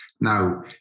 Now